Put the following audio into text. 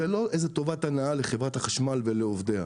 זאת לא טובת הנאה לחברת החשמל ולעובדיה.